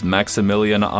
Maximilian